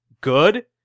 good